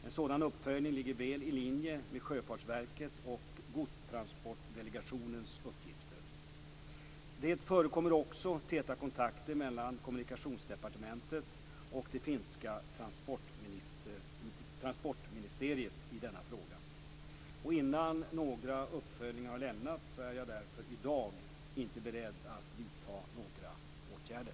En sådan uppföljning ligger väl i linje med Sjöfartsverkets och Godstransportdelegationens uppgifter. Det förekommer också täta kontakter mellan Kommunikationsdepartementet och det finska Transportministeriet i denna fråga. Innan några uppföljningar har lämnats är jag därför i dag inte beredd att vidta några åtgärder.